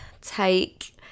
take